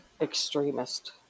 extremist